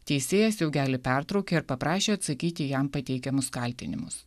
teisėjas jaugeli pertraukė ir paprašė atsakyti į jam pateikiamus kaltinimus